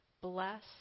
bless